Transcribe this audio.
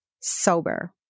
sober